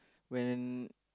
when